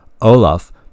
Olaf